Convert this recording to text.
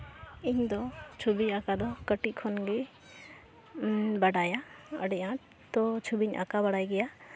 ᱤᱧᱫᱚ ᱪᱷᱚᱵᱤ ᱟᱸᱠᱟ ᱫᱚ ᱠᱟᱹᱴᱤᱡ ᱠᱷᱚᱱᱜᱤᱧ ᱵᱟᱰᱟᱭᱟ ᱟᱹᱰᱤ ᱟᱸᱴ ᱛᱳ ᱪᱷᱚᱵᱤᱧ ᱟᱸᱠᱟᱣ ᱵᱟᱲᱟᱭ ᱜᱮᱭᱟ